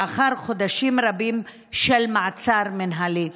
לאחר חודשים רבים של מעצר מינהלי.